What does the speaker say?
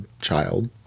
child